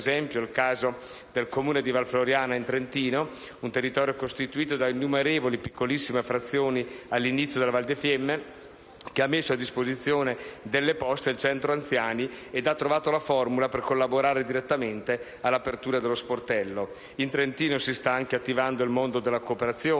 ad esempio, il caso del Comune di Valfioriana, in Trentino, un territorio costituito da innumerevoli piccolissime frazioni all'inizio della Val di Fiemme, che ha messo a disposizione delle Poste il centro anziani ed ha trovato la formula per collaborare direttamente all'apertura dello sportello. In Trentino si sta anche attivando il mondo della cooperazione